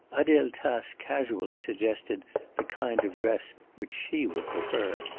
adele tace casually suggested the kind of dress which she would prefer.